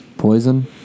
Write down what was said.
Poison